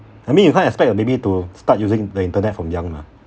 I mean you can't expect a baby to start using the internet from young mah